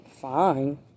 fine